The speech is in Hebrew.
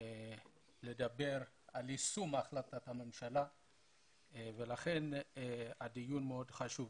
לדבר על יישום החלטת הממשלה ולכן הדיון מאוד חשוב.